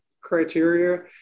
criteria